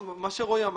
כפי שרועי אמר.